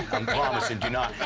i'm promising, do not